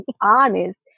honest